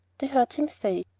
they heard him say.